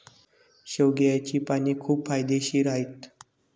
शेवग्याची पाने खूप फायदेशीर आहेत